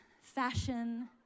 fashion